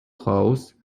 house